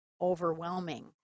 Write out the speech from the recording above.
overwhelming